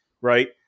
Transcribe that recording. Right